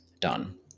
done